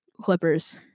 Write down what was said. Clippers